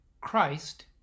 Christ